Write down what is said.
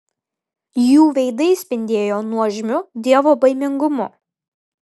jų veidai spindėjo nuožmiu dievobaimingumu